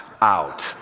out